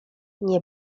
nie